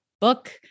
book